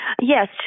Yes